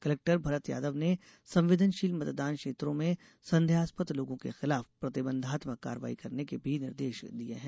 collector Bhurat Yadav ने संवेदनशील मतदान क्षेत्रों में संदेहास्पद लोगों के खिलाफ प्रतिबंधात्मक कार्रवाई करने के भी निर्देश दिए हैं